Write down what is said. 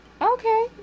Okay